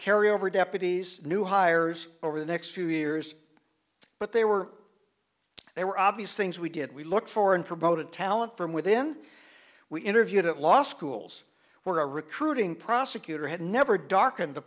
carry over deputies new hires over the next few years but they were there were obvious things we did we looked for and promoted talent from within we interviewed at law schools where a recruiting prosecutor had never darken the